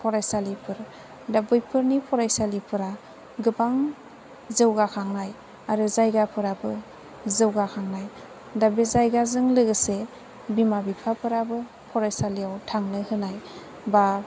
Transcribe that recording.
फरायसालिफोर दा बैफोरनि फरायसालिफोरा गोबां जौगाखांनाय आरो जायगाफोराबो जौगाखांनाय दा बे जायगाजों लोगोसे बिमा बिफाफोराबो फरायसालियाव थांनो होनाय बा